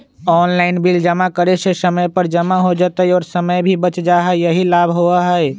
Online bill जमा करे से समय पर जमा हो जतई और समय भी बच जाहई यही लाभ होहई?